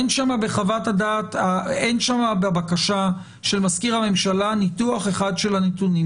אין שם בבקשה של מזכיר הממשלה ניתוח אחד של הנתונים.